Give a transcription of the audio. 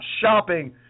shopping